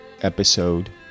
Episode